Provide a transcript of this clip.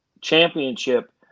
championship